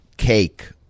cake